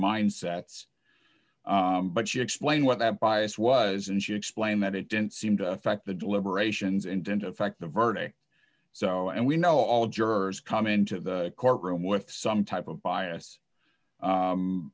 mindsets but she explain what that bias was and she explained that it didn't seem to affect the deliberations and didn't affect the birthday so and we know all jurors come into the courtroom with some type of bias